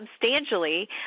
substantially